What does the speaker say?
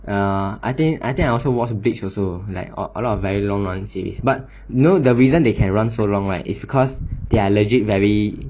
err I think I think I also watch bigs also like a lot of very long run series but you know the reason they can run so long right is because they're legit very